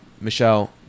Michelle